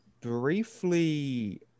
briefly